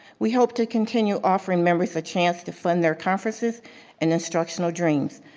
we hope to continue offering members a chance to fund their conferences and instructional dreams.